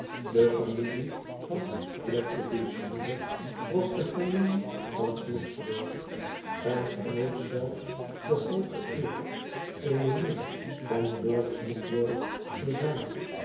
de milie van fledgeby's moeder was de familie van snigsworth zij genoot zelfe de hooge eer eene nicht van lord snigsworth te zijn